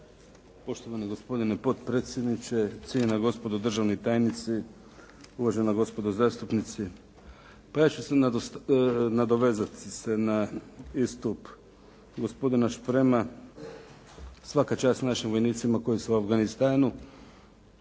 Poštovani gospodine potpredsjedniče, cijenjena gospodo državni tajnici, uvažena gospodo zastupnici. Pa ju će se nadovezati se na istup gospodina Šprema. Svaka čast našim vojnicima koji su u Afganistanu,